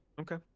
Okay